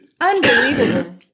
Unbelievable